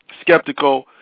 skeptical